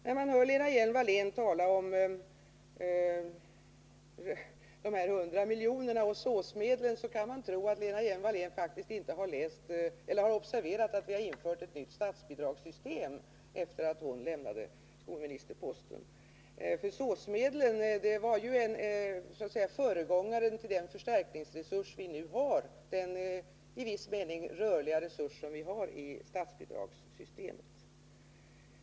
När man hör Lena Hjelm-Wallén tala om de 100 miljonerna och SÅS-medlen kan man tro att Lena Hjelm-Wallén faktiskt inte har observerat att vi har infört ett nytt statsbidragssystem efter det att hon lämnade skolministerposten. SÅS-medlen var ju föregångaren till den förstärkningsresurs som vi nu har, en i viss mening rörlig resurs i statsbidragssystemet.